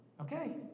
Okay